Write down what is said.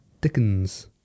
Dickens